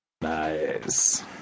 Nice